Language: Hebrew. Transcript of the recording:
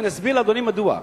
ואני אסביר לאדוני מדוע.